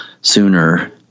sooner